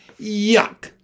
Yuck